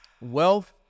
Wealth